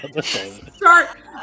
Start